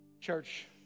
Church